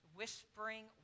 whispering